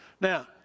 Now